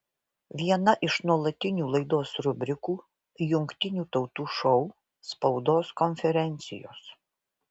viena iš nuolatinių laidos rubrikų jungtinių tautų šou spaudos konferencijos